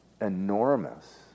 enormous